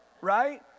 Right